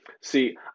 See